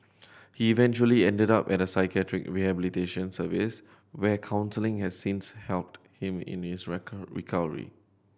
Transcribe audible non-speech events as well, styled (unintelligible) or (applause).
he eventually ended up at a psychiatric rehabilitation service where counselling has since helped him in his (unintelligible) recovery